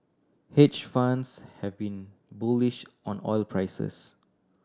hedge funds have been bullish on oil prices